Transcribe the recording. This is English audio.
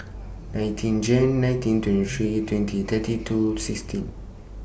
nineteen Jan nineteen twenty three twenty thirty two sixteen